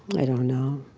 i don't know.